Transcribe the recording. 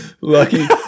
Lucky